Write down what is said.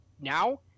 Now